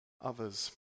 others